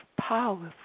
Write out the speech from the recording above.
powerful